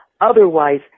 Otherwise